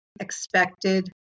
expected